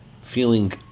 feeling